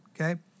Okay